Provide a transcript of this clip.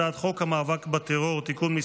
הצעת חוק המאבק בטרור (תיקון מס'